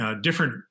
different